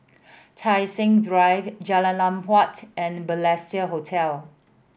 Tai Seng Drive Jalan Lam Huat and Balestier Hotel